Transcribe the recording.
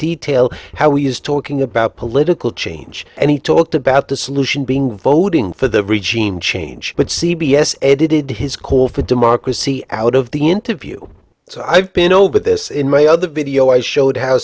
detail how he is talking about political change and he talked about the solution being voting for the region change but c b s edited his call for democracy out of the interview so i've been over this in my other video i showed how